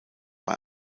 bei